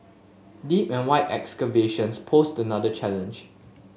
deep and wide excavations posed another challenge